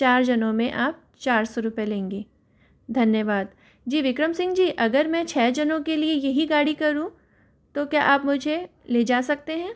चार जनो में आप चार सौ रुपये लेंगे धन्यवाद जी विक्रम सिंह जी अगर मैं छ जनों के लिए यही गाड़ी करूँ तो क्या आप मुझे ले जा सकते हैं